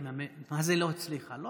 מה זה לא הצליחה?